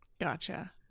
Gotcha